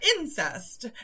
Incest